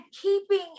keeping